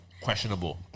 questionable